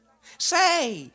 Say